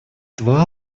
два